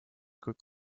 kuid